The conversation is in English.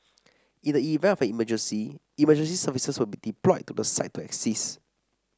in the event of an emergency emergency services will be deployed to the site to assist